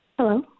Hello